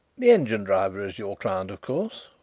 the engine-driver is your client, of course?